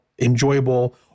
enjoyable